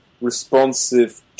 responsive